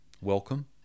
welcome